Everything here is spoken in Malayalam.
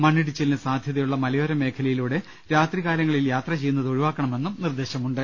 മണ്ണിടിച്ചിലിന് സാധ്യതയുള്ള മലയോര മേഖലയി ലൂടെ രാത്രികാലങ്ങളിൽ യാത്ര ചെയ്യുന്നത് ഒഴിവാക്കണമെന്നും നിർദ്ദേശമുണ്ട്